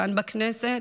כאן בכנסת,